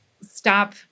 stop